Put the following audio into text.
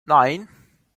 nine